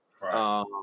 Right